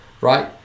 right